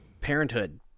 parenthood